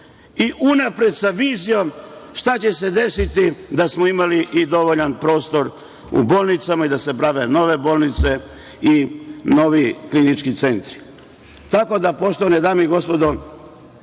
i unapred sa vizijom šta će se desiti, da smo imali i dovoljan prostor u bolnicama i da se prave i nove bolnice i novi klinički centri. Tako da, poštovane dame i gospodo,